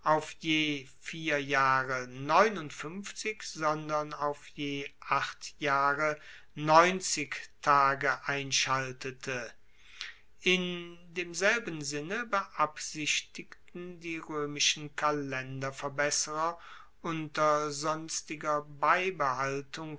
vier jahre sondern auf je acht jahre tage einschaltete in demselben sinne beabsichtigten die roemischen kalenderverbesserer unter sonstiger beibehaltung